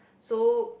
so